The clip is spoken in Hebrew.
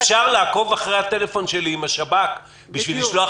אפשר לעקוב אחרי הטלפון שלי עם השב"כ בשביל לשלוח